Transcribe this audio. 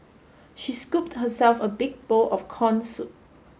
she scooped herself a big bowl of corn soup